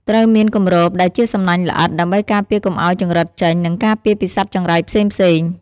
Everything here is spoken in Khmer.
ត្រូវមានគម្របដែលជាសំណាញ់ល្អិត ដើម្បីការពារកុំឲ្យចង្រិតចេញ និងការពារពីសត្វចង្រៃផ្សេងៗ។